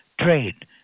trade